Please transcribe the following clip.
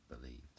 believed